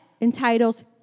entitles